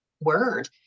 word